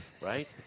right